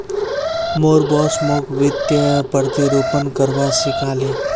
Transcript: मोर बॉस मोक वित्तीय प्रतिरूपण करवा सिखा ले